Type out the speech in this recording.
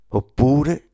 oppure